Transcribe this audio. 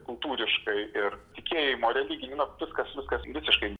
kultūriškai ir tikėjimo religija na viskas viskas visiškai